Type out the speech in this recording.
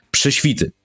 Prześwity